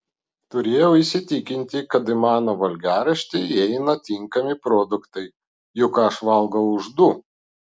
turėjau įsitikinti kad į mano valgiaraštį įeina tinkami produktai juk aš valgau už du